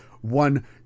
one